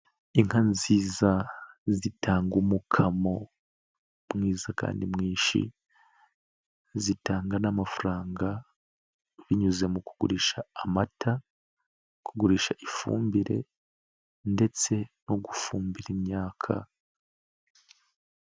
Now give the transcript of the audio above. Inka nziza zitanga umukamo mwiza kandi mwinshi, zitanga n'amafaranga binyuze mu kugurisha amata, kugurisha ifumbire ndetse no gufumbira imyaka.